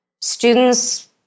students